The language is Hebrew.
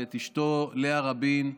ואת אשתו לאה רבין,